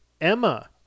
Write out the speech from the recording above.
Emma